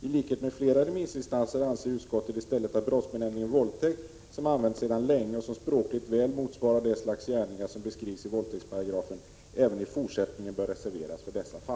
I likhet med flera remissinstanser anser utskottet i stället att brottsbenämningen våldtäkt, som har använts sedan länge och som språkligt väl motsvarar det slags gärningar som beskrivs i våldtäktsparagrafen, även i fortsättningen bör reserveras för dessa fall.”